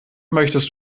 möchtest